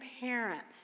parents